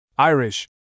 Irish